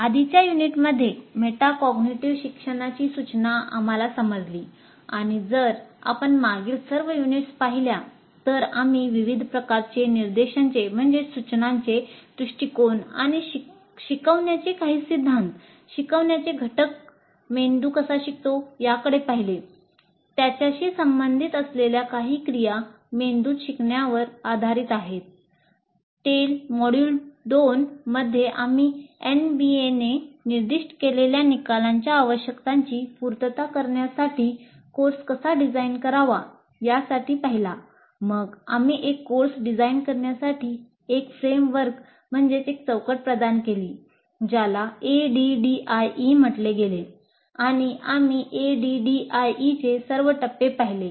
आधीच्या युनिटमध्ये मेटाकॅग्निटिव्ह प्रदान केला ज्याला ADDIE म्हटले गेले आणि आम्ही ADDIE चे सर्व टप्पे पाहिले